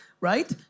right